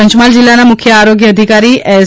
પંચમહાલ જિલ્લાના મુખ્ય આરોગ્ય અધિકારી એસ